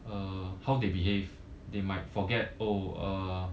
uh how they behave they might forget oh uh